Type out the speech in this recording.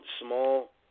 small